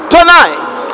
Tonight